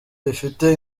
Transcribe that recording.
rifite